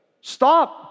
Stop